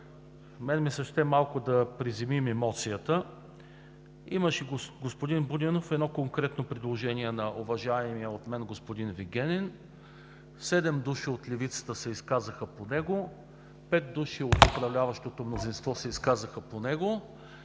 мен ми се ще малко да приземим емоцията. Имаше, господин Будинов, едно конкретно предложение на уважавания от мен господин Вигенин. Седем души от Левицата се изказаха по него, пет души от управляващото мнозинство се изказаха по него